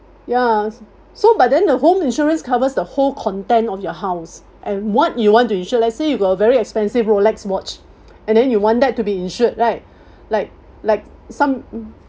ya s~ so but then the home insurance covers the whole content on your house and what you want to insure let's say you got a very expensive rolex watch and then you want that to be insured right like like some